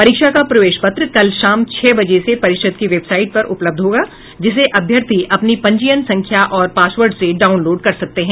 परीक्षा का प्रवेश पत्र कल शाम छह बजे से परिषद् की वेबसाइट पर उपलब्ध होगा जिसे अभ्यर्थी अपनी पंजीयन संख्या और पासवर्ड से डाउनलोड कर सकते हैं